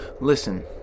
Listen